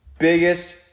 Biggest